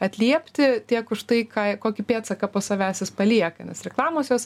atliepti tiek už tai ką kokį pėdsaką po savęs jis palieka nes reklamos jos